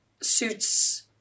suits